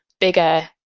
bigger